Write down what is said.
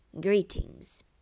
Greetings